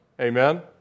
Amen